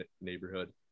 neighborhood